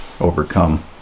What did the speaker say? overcome